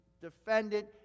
defendant